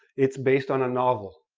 it's based on a novel,